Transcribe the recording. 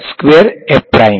squared